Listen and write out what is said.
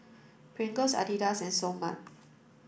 Pringles Adidas and Seoul Mart